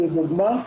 לדוגמה,